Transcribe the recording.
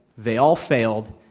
they all failed.